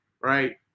right